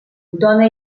dona